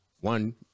one